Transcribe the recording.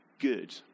good